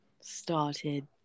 started